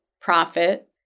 profit